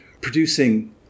producing